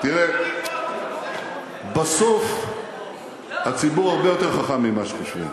תראה, בסוף הציבור הרבה יותר חכם ממה שחושבים.